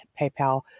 PayPal